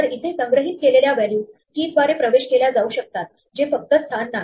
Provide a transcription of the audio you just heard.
तर इथे संग्रहित केलेल्या व्हॅल्यूज key द्वारे प्रवेश केल्या जाऊ शकतात जे फक्त स्थान नाही